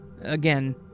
Again